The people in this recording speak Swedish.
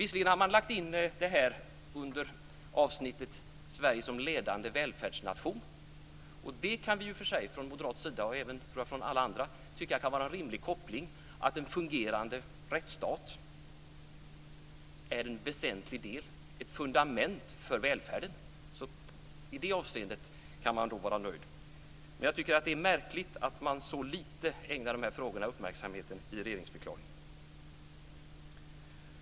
Visserligen hade man lagt in det här under avsnittet "Sverige som ledande välfärdsnation", och det kan i och för sig både vi moderater och, som jag tror, alla andra tycka vara en rimlig koppling. I det avseendet kan man nog vara nöjd. Men jag tycker att det är märkligt att man så lite ägnar de här frågorna uppmärksamhet i regeringsförklaringen.